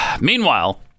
Meanwhile